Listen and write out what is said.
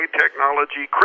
technology